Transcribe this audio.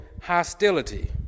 hostility